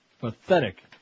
Pathetic